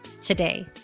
today